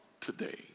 today